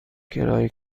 کرایه